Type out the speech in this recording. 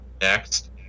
next